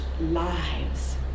lives